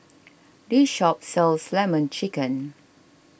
this shop sells Lemon Chicken